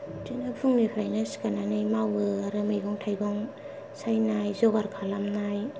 बिदिनो फुंनिफ्रायनो सिखारनानै मावो आरो मैगं थाइगं सायनाय जगार खालामनाय